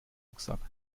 rucksack